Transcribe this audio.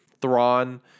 Thrawn